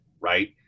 right